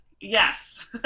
Yes